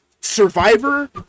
Survivor